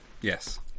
Yes